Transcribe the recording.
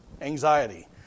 anxiety